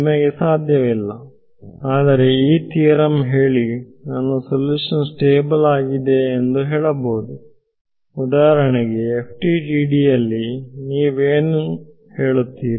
ನಿಮಗೆ ಸಾಧ್ಯವಿಲ್ಲ ಆದರೆ ಈ ಥಿಯರಂ ಹೇಳಿ ನನ್ನ ಸಲ್ಯೂಷನ್ ಸ್ಟೇಬಲ್ ಆಗಿದೆಯೇ ಎಂದು ಹೇಳಬಹುದು ಉದಾಹರಣೆಗೆ FTDT ಯಲ್ಲಿ ನೀವು ಏನು ಹೇಳುತ್ತೀರಿ